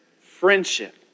Friendship